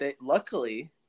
Luckily